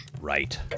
Right